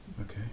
Okay